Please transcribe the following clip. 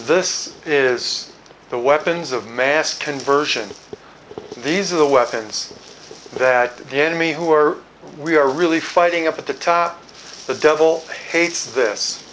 this is the weapons of mass conversion these are the weapons that the enemy who are we are really fighting up at the top the devil hates this